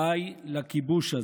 די לכיבוש הזה.